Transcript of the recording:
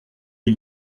des